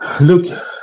look